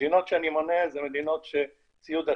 המדינות שאני מונה זה מדינות שציוד אטנטי,